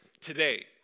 today